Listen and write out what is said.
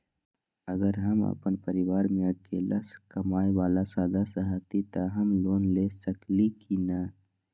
अगर हम अपन परिवार में अकेला कमाये वाला सदस्य हती त हम लोन ले सकेली की न?